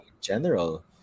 general